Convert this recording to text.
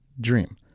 dream